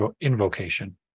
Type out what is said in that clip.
invocation